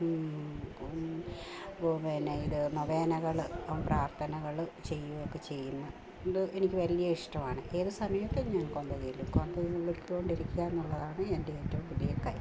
കൊ പിന്നെ ഇത് നൊവേനകൾ പ്രാർത്ഥനകൾ ചെയ്യുവൊക്കെ ചെയ്യുന്നു അതുകൊണ്ട് എനിക്ക് വലിയ ഇഷ്ടമാണ് ഏത് സമയത്തും ഞാൻ കൊന്ത ചൊല്ലും കൊന്ത ചൊല്ലിക്കൊണ്ടിരിക്കുക എന്നുള്ളതാണ് എൻ്റെ ഏറ്റവും വലിയ കാര്യം